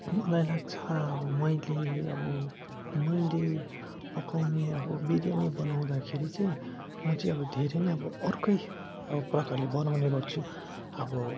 मलाई लाग्छ अब मैले अब मैले पकाउने अब बिर्यानी बनाउदाखेरि चाहिँ म चाहिँ अब धेरै नै अब अर्कै अब प्रकारले बनाउने गर्छु अब